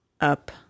up